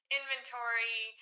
inventory